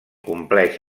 compleix